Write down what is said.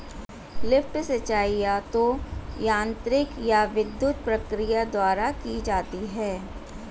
lift सिंचाई या तो यांत्रिक या विद्युत प्रक्रिया द्वारा की जाती है